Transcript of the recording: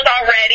already